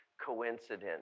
coincidence